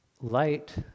light